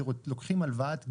שלוקחים הלוואת גישור,